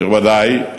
נכבדי,